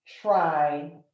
try